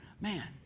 Man